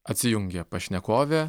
atsijungė pašnekovė